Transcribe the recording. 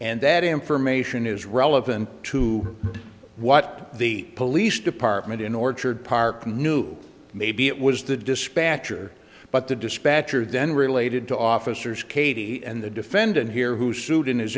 and that information is relevant to what the police department in orchard park knew maybe it was the dispatcher but the dispatcher then related to officers katie and the defendant here who sued in his